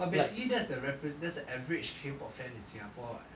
but basically that's the repre~ that's the average K pop fan in singapore [what]